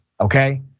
okay